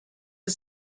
the